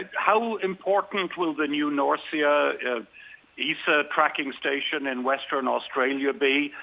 ah how important will the new norcia esa tracking station in western australia be?